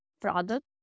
product